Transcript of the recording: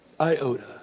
iota